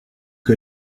que